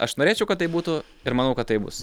aš norėčiau kad taip būtų ir manau kad taip bus